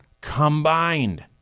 combined